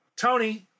Tony